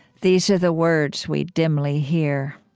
these are the words we dimly hear